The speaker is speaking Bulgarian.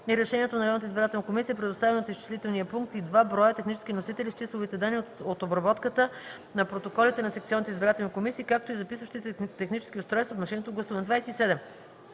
решението на районната избирателна комисия, предоставени от изчислителния пункт, и два броя технически носители с числовите данни от обработката на протоколите на секционните избирателни комисии, както и записващите технически устройства от машинното гласуване; 27.